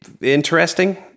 interesting